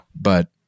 But-